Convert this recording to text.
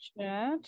Chat